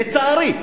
לצערי,